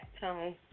tone